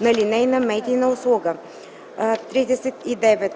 на линейна медийна услуга. 39.